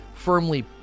Firmly